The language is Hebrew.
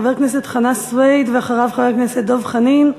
חבר הכנסת חנא סוייד, ואחריו, חבר הכנסת דב חנין,